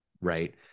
right